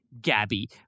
Gabby